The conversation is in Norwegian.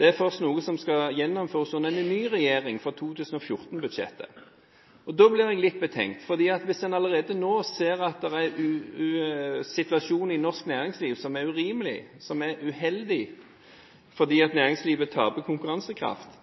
Det er noe som først skal gjennomføres under en ny regjering for 2014-budsjettet. Da blir jeg litt betenkt, for hvis en allerede nå ser at situasjonen i norsk næringsliv er urimelig eller uheldig på grunn av at næringslivet taper konkurransekraft,